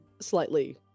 slightly